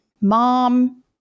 mom